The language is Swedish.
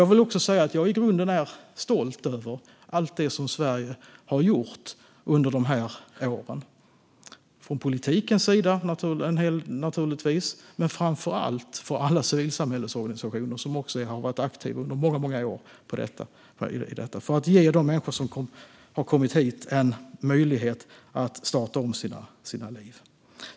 Jag vill också säga att jag i grunden är stolt över allt det som Sverige har gjort under de här åren - från politikens sida, naturligtvis, men framför allt från alla civilsamhällets organisationers sida. De har också varit aktiva i detta under många år för att ge de människor som har kommit hit en möjlighet att starta om sina liv.